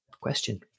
Question